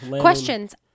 Questions